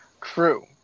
True